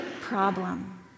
problem